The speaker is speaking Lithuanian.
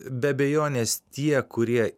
be abejonės tie kurie